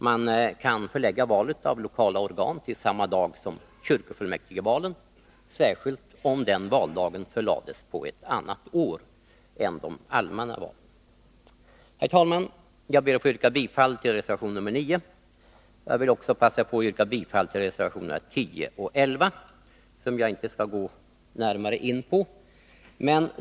Man kan förlägga valet av lokala organ till samma dag som kyrkofullmäktigevalen, särskilt om denna valdag förläggs till ett annat år än då de allmänna valen hålls. Herr talman! Jag ber att få yrka bifall till reservation nr 9. Jag vill också passa på att yrka bifall till reservationerna nr 10 och nr 11, som jag inte skall gå närmare in på.